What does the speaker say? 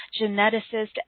geneticist